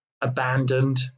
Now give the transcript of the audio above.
abandoned